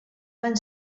van